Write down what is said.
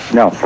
no